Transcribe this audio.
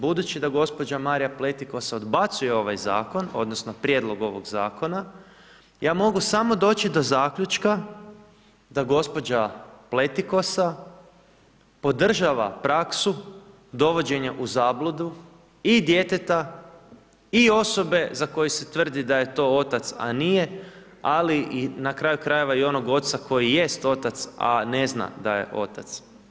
Budući da gđa. Marija Pletikosa odbacuje ovaj zakon odnosno prijedlog ovog zakona, ja mogu samo doći do zaključka da gđa. Pletikosa podržava praksu dovođenja u zabludu i djeteta i osobe za koju se tvrdi da je to otac, a nije, ali i na kraju krajeva i onog oca koji jest otac, a ne zna da je otac.